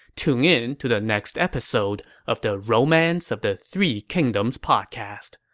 tune in to the next episode of the romance of the three kingdoms podcast.